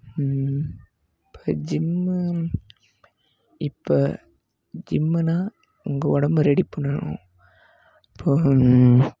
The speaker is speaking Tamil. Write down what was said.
இப்போ ஜிம்மு இப்போ ஜிம்முனால் உங்க உடம்ப ரெடி பண்ணணும் இப்போ